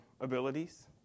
abilities